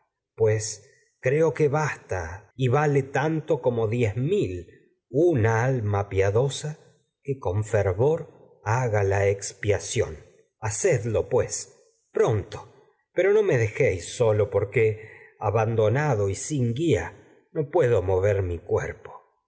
pues creo que bastay vale tanto como diez mil una alma con piadosa pues do que fervor haga la expiación hacedlo pronto pero no me dejéis solo porque abandona sin guia no puedo mover mi cuerpo